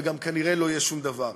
וגם כנראה לא יהיה שום דבר,